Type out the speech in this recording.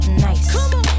Nice